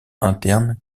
interne